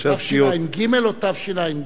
תשע"ג או תשע"ב?